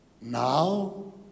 Now